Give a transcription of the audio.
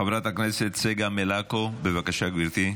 חברת הכנסת צגה מלקו, בבקשה, גברתי.